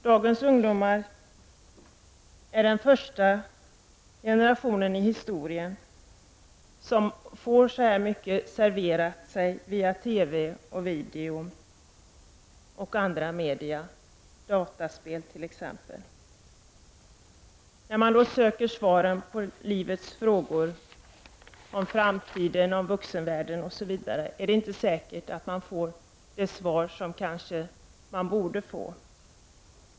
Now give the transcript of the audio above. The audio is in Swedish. Dagens ungdomar är den första generationen i historien som får sig så här mycket serverat via TV, video och andra media samt dataspel. När de då söker svaren på livets frågor, om framtiden, om vuxenvärlden osv., är det inte säkert att de får de svar som de borde få.